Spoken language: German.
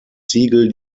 ziegel